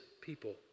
people